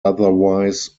otherwise